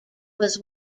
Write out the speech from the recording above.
was